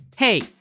Hey